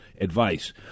advice